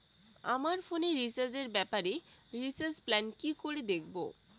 আমার ফোনে রিচার্জ এর ব্যাপারে রিচার্জ প্ল্যান কি করে দেখবো?